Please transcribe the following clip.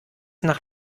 nach